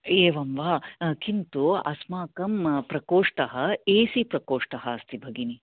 एवं वा किन्तु अस्माकं प्रकोष्टः एसी प्रकोष्ट अस्ति भगिनी